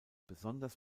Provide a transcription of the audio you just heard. besonders